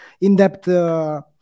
in-depth